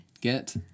Get